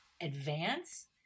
advance